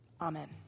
Amen